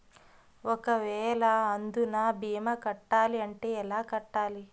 ఒక వేల అందునా భీమా కట్టాలి అంటే ఎలా కట్టాలి?